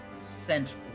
sent